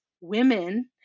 women